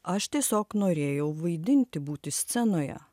aš tiesiog norėjau vaidinti būti scenoje